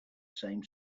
same